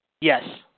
Yes